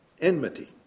enmity